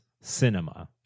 cinema